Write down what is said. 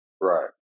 right